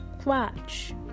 scratch